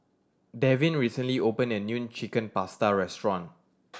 Devyn recently opened a new Chicken Pasta restaurant